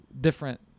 different